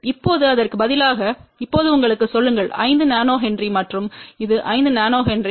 இப்போது அதற்கு பதிலாக இப்போது உங்களுக்குச் சொல்லுங்கள் 5 நானோ ஹென்றி மற்றும் இது 5 நானோ ஹென்றி